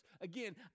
Again